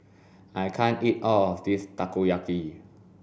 I can't eat all of this Takoyaki